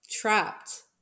trapped